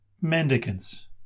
Mendicants